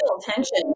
tension